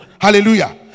Hallelujah